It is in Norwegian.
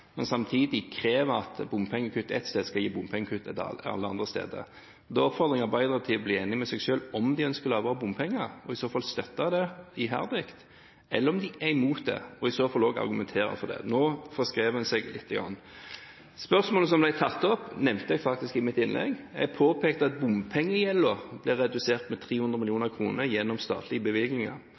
men samtidig krever at bompengekutt ett sted skal gi bompengekutt alle andre steder. Da oppfordrer jeg Arbeiderpartiet til å bli enig med seg selv om de ønsker lavere bompenger, og i så fall støtter det iherdig, eller om de er imot det, og i så fall også argumenterer for det. Nå forskrevde en seg litt. Spørsmålet som ble tatt opp, nevnte jeg faktisk i mitt innlegg. Jeg påpekte at bompengegjelden ble redusert med 300 mill. kr gjennom statlige bevilgninger.